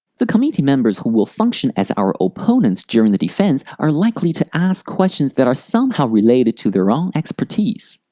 the committee members who will function as our opponents during the defense are likely to ask questions that are somehow related to their own expertise.